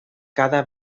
cada